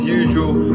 usual